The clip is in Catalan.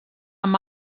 amb